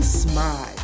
smile